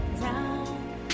down